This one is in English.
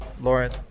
Lauren